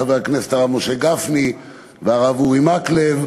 חברי הכנסת הרב משה גפני והרב אורי מקלב,